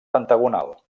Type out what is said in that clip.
pentagonal